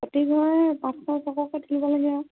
প্ৰতিঘৰে পাঁচশ ছশকৈ তুলিব লাগে আৰু